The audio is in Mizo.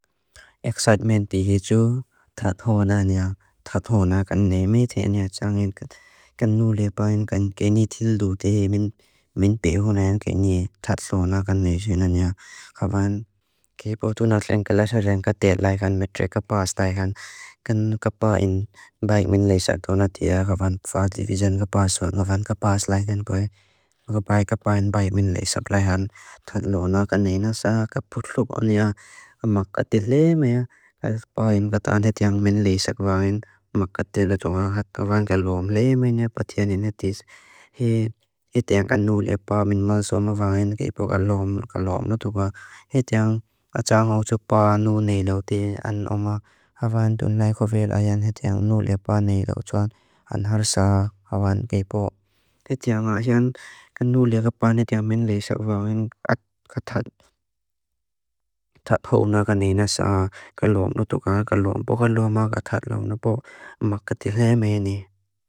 Eksajtmen tihiju, thathó na aniya, thathó na kannei. Meithi aniya tsángin kanu lepáin kan keini tíldu tihé min pehu na aniya, keini thathó na kannei isi na aniya. Kávan kei potu na tleng ka lásaján ka tét laikán, metrék ka pás táikán. Kan kapá in báik minlei sáthó na tíya. Kávan pfá división ka pás, návan ka pás laikán kói. Kapá i kapá in báik minlei sáthó laikán. Thathó na kannei na sá ka putlúk ániya. Amá káti léi mea. Káti pá in báik minlei sákváin. Amá káti léi tó hátkáváin ka lóom. Léi mea, pati áni na tís. Héti áng kanu lepá minmá sóma váin. Kei pot ka lóom, ka lóom nu tó ká. Héti áng atsá áng áwtú pá nú néi lauti. Án áwá haváin tó náikovél áyán. Héti áng nú lepá néi lautuán. Án har sá haváin kei pot. Héti áng áyán kanu lepáin. Héti áng minlei sákváin át kátát. Tát hú na kanina sá. Ka lóom nu tó ká. Ka lóom. Bú ka lóom á kátát lóom na bú. Amá káti léi mea ní.